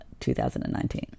2019